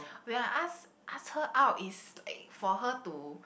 when I ask ask her out is for her to